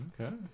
Okay